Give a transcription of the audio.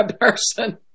person